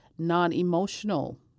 non-emotional